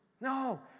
No